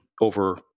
over